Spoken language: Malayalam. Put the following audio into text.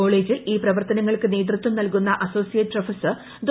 കോളേജിൽ ഈ പ്രവർത്തനങ്ങൾക്ക് നേതൃത്വം നൽകുന്ന അസോസിയേറ്റ് പ്രൊഫസർ ഡോ